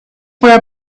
were